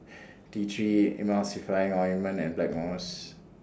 T three Emulsying Ointment and Blackmores